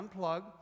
unplug